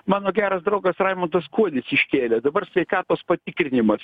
mano geras draugas raimundas kuodis iškėlė dabar sveikatos patikrinimas